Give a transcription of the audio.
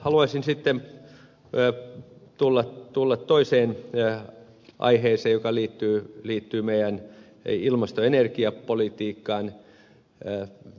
haluaisin sitten tulla toiseen aiheeseen joka liittyy ilmasto ja energiapolitiikkaamme